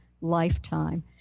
lifetime